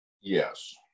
Yes